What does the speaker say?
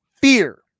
fear